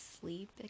sleep